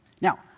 Now